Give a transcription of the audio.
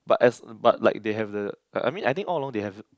but as but like they have the I mean all along they have